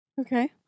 Okay